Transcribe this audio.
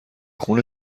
خون